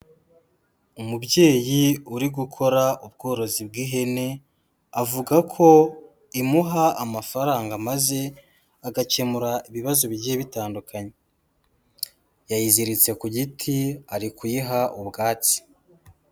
Umubyeyi uri gukora ubworozi bw'ihene avuga ko imuha amafaranga maze agakemura ibibazo bigiye bitandukanye. Yayiziritse ku giti ari kuyiha ubwatsi.